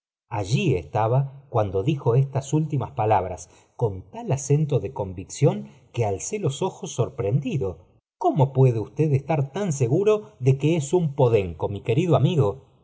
allí estaba cuando dijo estas últimas palabras con tal acento de convicción que alce los ojos sorprendido cómo puede usted estar tan seguro de que es un podenco mi querido amigo